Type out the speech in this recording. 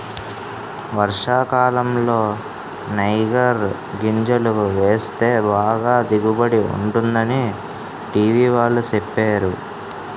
వర్షాకాలంలో నైగర్ గింజలు వేస్తే బాగా దిగుబడి ఉంటుందని టీ.వి వాళ్ళు సెప్పేరు